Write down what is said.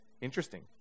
interesting